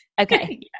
Okay